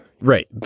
Right